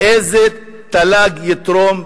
לאיזה תל"ג זה יתרום,